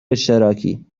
اشتراکی